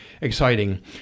exciting